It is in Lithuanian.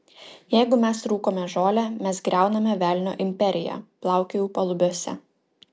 jeigu mes rūkome žolę mes griauname velnio imperiją plaukiojau palubiuose